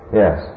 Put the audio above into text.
yes